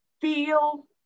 feel